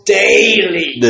daily